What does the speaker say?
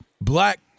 black